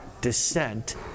dissent